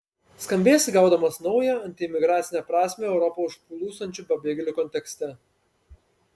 skambės įgaudamas naują antiimigracinę prasmę europą užplūstančių pabėgėlių kontekste